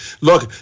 Look